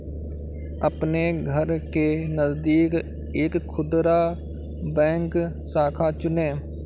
अपने घर के नजदीक एक खुदरा बैंक शाखा चुनें